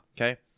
Okay